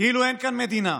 כאילו אין כאן מדינה,